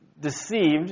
deceived